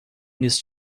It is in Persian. نیست